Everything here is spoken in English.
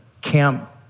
camp